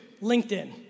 LinkedIn